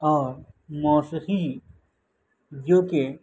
اور موسیقی جو کہ